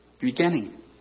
beginning